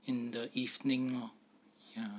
in the evening lor ya